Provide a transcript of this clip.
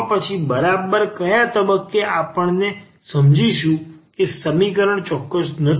તો પછી બરાબર કયા તબક્કે આપણે સમજીશું કે સમીકરણ ચોક્કસ નથી